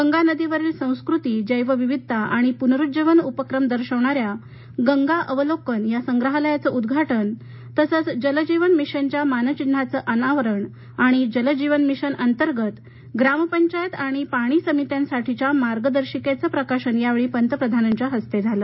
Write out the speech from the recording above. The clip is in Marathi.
गंगा नदीवरील संस्कृती जैवविविधता आणि पुनरुज्जीवन उपक्रम दर्शवणाऱ्या गंगा अवलोकन या संग्रहालयाचं उद्वाटन तसंच जल जीवन मिशनच्या मानचिन्हाचं अनावरण आणि जल जीवन मिशन अंतर्गत ग्राम पंचायत आणि पाणी समित्यांसाठीच्या मार्गदर्शिकेचं प्रकाशन या वेळी पंतप्रधानांच्या हस्ते झालं